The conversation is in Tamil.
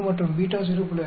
5 மற்றும் β 0